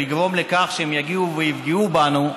לגרום לכך שהם יגיעו ויפגעו בנו,